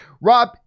Rob